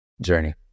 journey